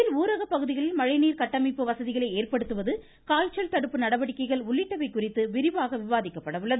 இதில் ஊரக பகுதிகளில் மழைநீர் கட்டமைப்பு வசதிகளை ஏற்படுத்துவது காய்ச்சல் தடுப்பு நடவடிக்கைகள் உள்ளிட்டவை குறித்து விவாதிக்கப்பட உள்ளது